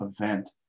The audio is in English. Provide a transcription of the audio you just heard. event